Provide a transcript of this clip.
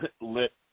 lit